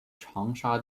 长沙